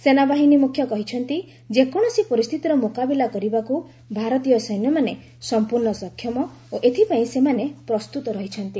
ସେନାବାହିନୀ ମୁଖ୍ୟ କହିଛନ୍ତି ଯେକୌଣସି ପରିସ୍ଥିତିର ମୁକାବିଲା କରିବାକୁ ଭାରତୀୟ ସୈନ୍ୟମାନେ ସମ୍ପୂର୍ଣ୍ଣ ସକ୍ଷମ ଓ ଏଥିପାଇଁ ସେମାନେ ପ୍ରସ୍ତୁତ ରହିଛନ୍ତି